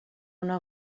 una